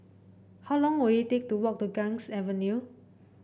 how long will it take to walk to Ganges Avenue